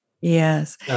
Yes